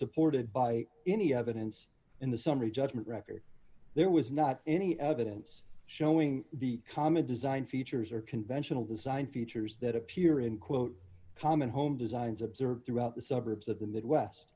supported by any evidence in the summary judgment record there was not any of it and it's showing the common design features or conventional design features that appear in quote common home designs observed throughout the suburbs of the midwest